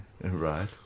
Right